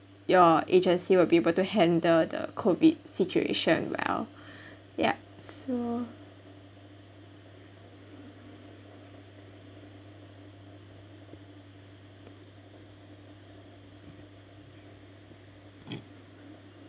your agency will be able to handle the COVID situation well yup so